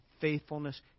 faithfulness